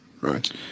Right